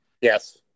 Yes